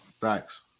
thanks